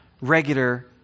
regular